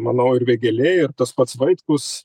manau ir vėgėlė ir tas pats vaitkus